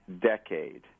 decade